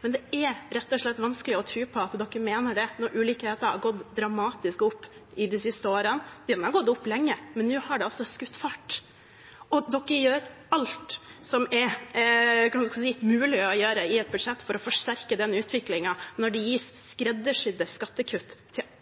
men det er rett og slett vanskelig å tro på at de mener det, når ulikheten har gått dramatisk opp de siste årene. Den har gått opp lenge, men nå har det altså skutt fart, og de gjør alt som er mulig å gjøre i et budsjett for å forsterke den utviklingen, når det gis skreddersydde skattekutt til